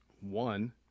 one